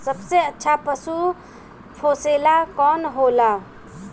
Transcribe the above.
सबसे अच्छा पशु पोसेला कौन होला?